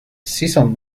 season